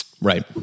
Right